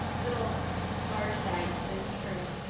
little large bags to carry on.